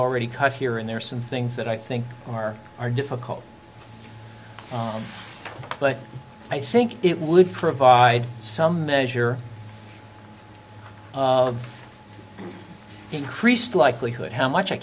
already cut here and there are some things that i think are are difficult but i think it would provide some measure of increased likelihood how much i